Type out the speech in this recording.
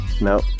No